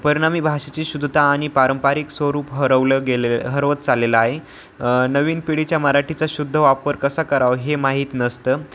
परिणामी भाषेची शुद्धता आणि पारंपरिक स्वरूप हरवलं गेले हरवत चालेलं आहे नवीन पिढीच्या मराठीचा शुद्ध वापर कसा करावा हे माहीत नसतं